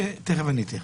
תכף אני אתייחס.